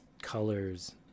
colors